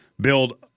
build